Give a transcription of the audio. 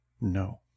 No